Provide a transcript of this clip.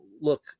look